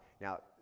Now